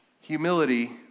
humility